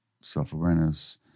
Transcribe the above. self-awareness